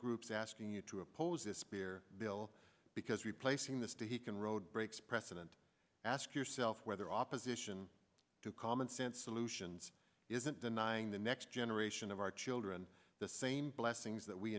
groups asking you to oppose this pier bill because replacing the state he can road breaks precedent ask yourself whether opposition to common sense solutions isn't denying the next generation of our children the same blessings that we